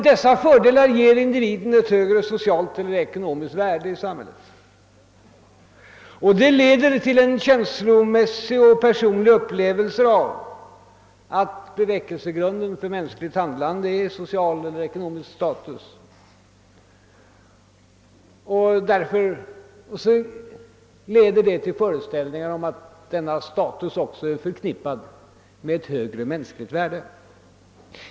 Dessa fördelar ger individen ett högre socialt eller ekonomiskt värde i samhället, och det leder till en känslomässig och personlig upplevelse av att bevekelsegrunden för mänskligt handlande är social eller ekonomisk status, vilket i sin tur ger upphov till föreställningar om att denna status är förknippad med ett högre mänskligt värde.